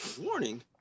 warning